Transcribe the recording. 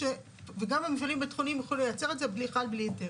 וגם המפעלים הביטחוניים יוכלו לייצר את זה בכלל בלי היתר.